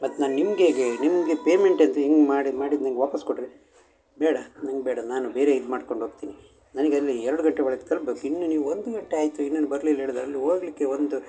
ಮತ್ತು ನಾನು ನಿಮ್ಗೆ ಹೇಗೆ ನಿಮ್ಗೆ ಪೇಮೆಂಟ್ ಅದು ಹೇಗ್ ಮಾಡಿದ್ದು ಮಾಡಿದ್ದು ನಂಗೆ ವಾಪಸ್ ಕೊಡಿರಿ ಬೇಡ ನಂಗೆ ಬೇಡ ನಾನು ಬೇರೆ ಇದು ಮಾಡ್ಕೊಂಡು ಹೋಗ್ತಿನಿ ನನಗ್ ಅಲ್ಲಿ ಎರಡು ಗಂಟೆ ಒಳಗೆ ತಲುಪ್ಬೇಕ್ ಇನ್ನು ನೀವು ಒಂದು ಗಂಟೆ ಆಯಿತು ಇನ್ನೂ ಬರಲಿಲ್ಲ ಹೇಳಿದ್ರ್ ಅಲ್ಲಿ ಹೋಗ್ಲಿಕ್ಕೆ ಒಂದು